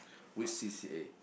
which c_c_a